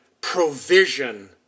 provision